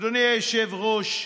אדוני היושב-ראש,